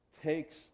takes